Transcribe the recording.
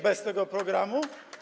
bez tego programu.